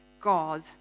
God